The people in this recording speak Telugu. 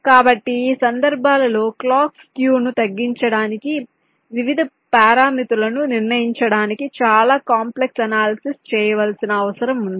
కాబట్టి ఈ సందర్భాలలో క్లాక్ స్క్యూ ను తగ్గించడానికి వివిధ పారామితులను నిర్ణయించడానికి భాగస్వామ్యం చాలా కాంప్లెక్స్ అనాలిసిస్ విశ్లేషణ చేయవలసిన అవసరం ఉంది